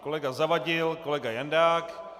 Kolega Zavadil, kolega Jandák...